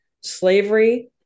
slavery